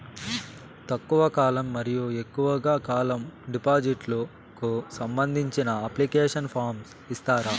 తక్కువ కాలం మరియు ఎక్కువగా కాలం డిపాజిట్లు కు సంబంధించిన అప్లికేషన్ ఫార్మ్ ఇస్తారా?